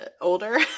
older